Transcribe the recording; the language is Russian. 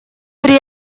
при